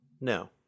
no